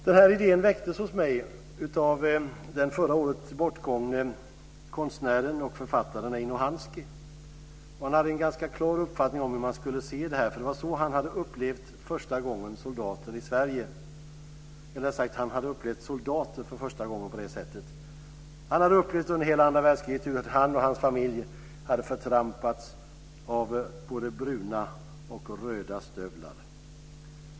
Den här idén väcktes hos mig av den under förra året bortgångne konstnären och författaren Eino Hanski. Han hade en ganska klar uppfattning om hur man skulle se på detta, nämligen hur han hade upplevt soldater när han kom till Sverige. Han hade under hela andra världskriget upplevt hur han och hans familj hade förtrampats av både bruna och röda stövlar.